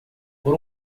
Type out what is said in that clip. por